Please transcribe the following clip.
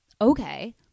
Okay